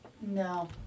No